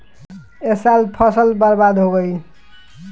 ए साल फसल बर्बाद हो गइल